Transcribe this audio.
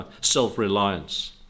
self-reliance